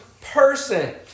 person